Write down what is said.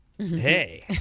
Hey